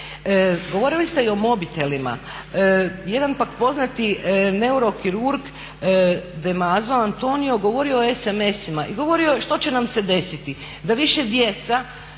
Govorili ste i o mobitelima. Jedan pak poznati neurokirurg Demazo Antonio govori o sms-ima i govorio je što će nam se desiti, da više djeca